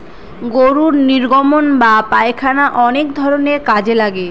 গরুর নির্গমন বা পায়খানা অনেক ধরনের কাজে লাগে